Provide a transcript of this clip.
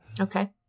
Okay